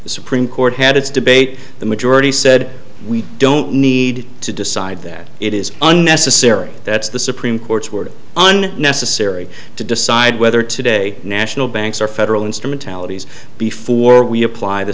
the supreme court had its debate the majority said we don't need to decide that it is unnecessary that's the supreme court's word on necessary to decide whether today national banks or federal instrumentalities before we apply the